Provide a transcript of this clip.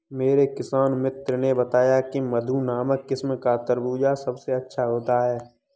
मेरे किसान मित्र ने बताया की मधु नामक किस्म का खरबूजा सबसे अच्छा होता है